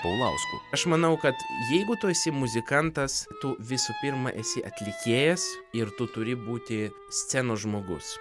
paulausku aš manau kad jeigu tu esi muzikantas tu visų pirma esi atlikėjas ir tu turi būti scenos žmogus